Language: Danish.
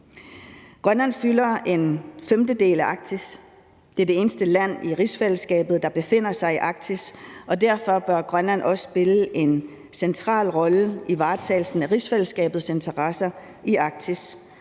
Grønland fylder en femtedel af Arktis. Det er det eneste land i rigsfællesskabet, der befinder sig i Arktis, og derfor bør Grønland også spille en central rolle i varetagelsen af rigsfællesskabets interesser i Arktis,